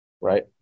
right